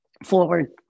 Forward